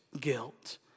guilt